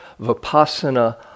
Vipassana